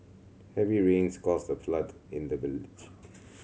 heavy rains caused a flood in the village